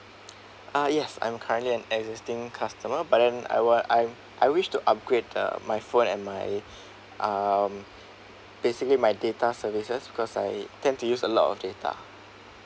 uh yes I'm currently an existing customer but then I were I I wish to upgrade uh my phone and my um basically my data services because I tend to use a lot of data